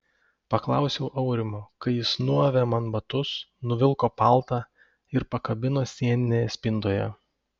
paklausiau aurimo kai jis nuavė man batus nuvilko paltą ir pakabino sieninėje spintoje